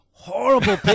Horrible